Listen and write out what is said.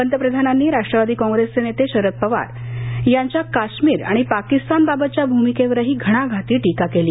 पंतप्रधानांनी राष्ट्रवादी कॉप्रेसचे नेते शरद पवार यांच्या काश्मीर आणि पाकिस्तान बाबतच्या भूमिकेवरही घणाघाती टीका केली